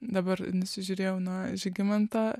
dabar nusižiūrėjau nuo žygimanto